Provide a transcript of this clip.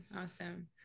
Awesome